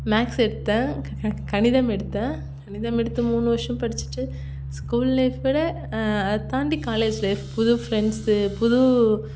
maths எடுத்தேன் கணிதம் எடுத்தேன் கணிதம் எடுத்து மூணு வருஷம் படிச்சிட்டு ஸ்கூல் லைஃப் விட அதை தாண்டி காலேஜ் லைஃப் புது ஃப்ரெண்ட்ஸு புது